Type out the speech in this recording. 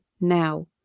now